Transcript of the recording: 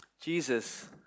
Jesus